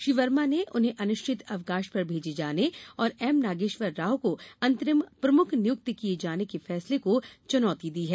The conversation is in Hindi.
श्री वर्मा ने उन्हें अनिश्चित अवकाश पर भेजे जाने और एम नागेश्वर राव को अंतरिम प्रमुख नियुक्त किये जाने के फैसले को चुनौती दी है